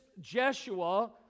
Jeshua